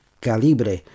Calibre